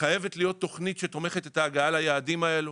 חייבת להיות תוכנית שתומכת את ההגעה ליעדים האלו.